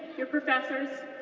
your professors,